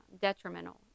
detrimental